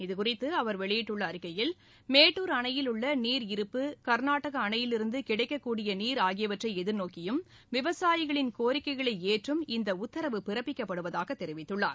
இதுகுறித்து அவர் வெளியிட்டுள்ள அறிக்கையில் மேட்டூர் அணையில் உள்ள நீர் இருப்பு கர்நாடக அணையிலிருந்து கிடைக்கக்கூடிய நீர் ஆகியவற்றை எதிர்நோக்கி விவசாயிகளின் கோரிக்கைகளை ஏற்று இந்த உத்தரவு பிறப்பிக்கப்படுவதாக தெரிவித்துள்ளார்